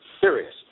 serious